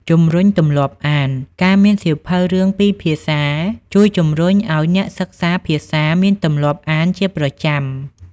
ជំរុញទម្លាប់អានការមានសៀវភៅរឿងពីរភាសាជួយជំរុញឲ្យអ្នកសិក្សាភាសាមានទម្លាប់អានជាប្រចាំ។